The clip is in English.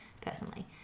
personally